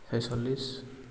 ছয়চল্লিছ